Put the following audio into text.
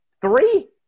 Three